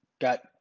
got